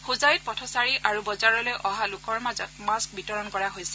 হোজাইত পথচাৰী আৰু বজাৰলৈ অহা লোকৰ মাজত মাস্ক বিতৰণ কৰা হৈছে